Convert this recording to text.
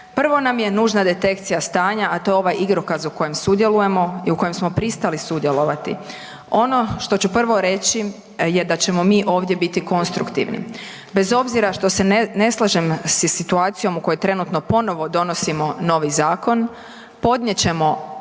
Prvo nam je nužna detekcija stanja, a to je ovaj igrokaz u kojem sudjelujemo i u kojem smo pristali sudjelovati. Ono što ću prvo reći je da ćemo mi ovdje biti konstruktivni bez obzira što se ne slažem sa situacijom o kojoj trenutno donosimo novi zakon podnijet ćemo